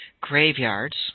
Graveyards